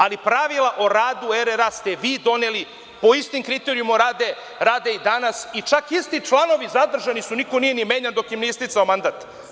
Ali, pravila o radu RRA ste vi doneli po istom kriterijumu rade i danas i čak isti članovi zadržani su, niko nije ni menjan dok im je isticao mandat.